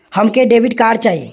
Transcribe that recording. हमके debit card चाही?